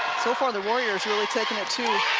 so far, the warriors really taking it to.